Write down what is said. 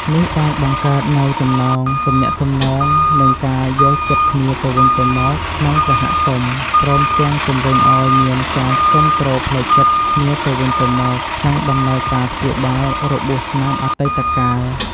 នេះបានបង្កើតនូវចំណងទំនាក់ទំនង និងការយល់ចិត្តគ្នាទៅវិញទៅមកក្នុងសហគមន៍ ព្រមទាំងជំរុញឲ្យមានការគាំទ្រផ្លូវចិត្តគ្នាទៅវិញទៅមកក្នុងដំណើរការព្យាបាលរបួសស្នាមអតីតកាល។